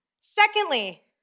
Secondly